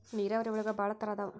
ನೇರಾವರಿ ಒಳಗ ಭಾಳ ತರಾ ಅದಾವ